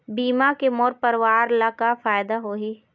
बीमा के मोर परवार ला का फायदा होही?